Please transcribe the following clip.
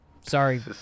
Sorry